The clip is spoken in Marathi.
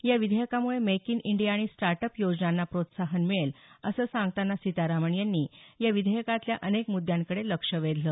या विधेयकामुळे मेक इन इंडिया आणि स्टार्ट अप योजनांना प्रोत्साहन मिळेल असं सांगताना सीतारमण यांनी या विधेयकातल्या अनेक मुद्यांकडे लक्ष वेधल